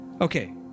Okay